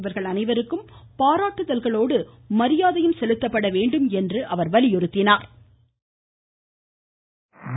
இவர்கள் அனைவருக்கும் பாராட்டுதல்களோடு மரியாதையும் செலுத்தப்பட வேண்டும் என்று எடுத்துரைத்தாா்